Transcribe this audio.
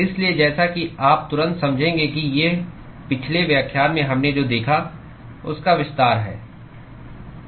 इसलिए जैसा कि आप तुरंत समझेंगे कि ये पिछले व्याख्यान में हमने जो देखा उसका विस्तार है